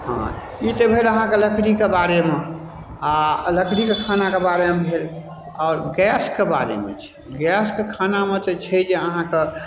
हाँ ई तऽ भेल अहाँके लकड़ीके बारेमे आओर लकड़ीके खानाके बारेमे भेल आओर गैसके बारेमे छै गैसके खानामे तऽ छै जे अहाँके